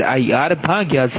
1486 j0